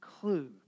clue